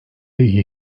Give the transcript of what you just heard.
iyi